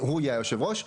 הוא יהיה יושב הראש.